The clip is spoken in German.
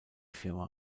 firma